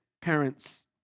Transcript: parents